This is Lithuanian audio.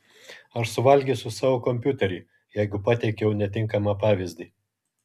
aš suvalgysiu savo kompiuterį jeigu pateikiau netinkamą pavyzdį